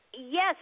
yes